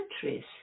countries